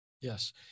Yes